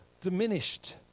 diminished